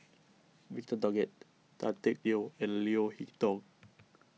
Victor Doggett Tan Teck Neo and Leo Hee Tong